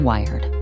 Wired